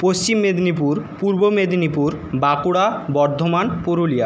Paschim Medinipur Purba Medinipur Bankura Bardhaman Purulia